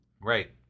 Right